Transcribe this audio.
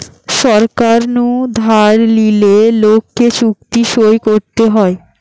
সরকার নু ধার লিলে লোককে চুক্তি সই করতে হয়